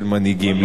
לפעמים.